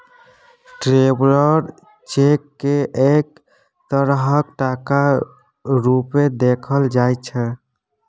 traveller cheque केँ एक तरहक टका रुपेँ देखल जाइ छै